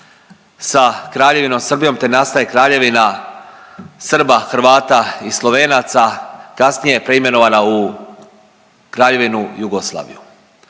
sa Kraljevinom Srbijom te nastaje Kraljevina Srba, Hrvata i Slovenaca, kasnije preimenovana u Kraljevinu Jugoslaviju